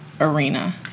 arena